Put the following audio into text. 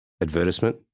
advertisement